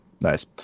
nice